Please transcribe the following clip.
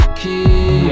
key